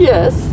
Yes